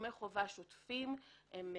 תשלומי חובה שוטפים לא